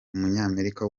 umunyamerika